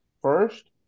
first